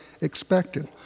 expected